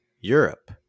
Europe